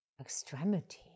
extremity